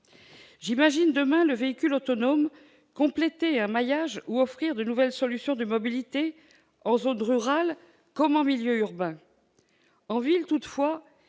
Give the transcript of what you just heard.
J'imagine demain le véhicule autonome compléter un maillage ou offrir de nouvelles solutions de mobilité en zone rurale comme en milieu urbain. En ville,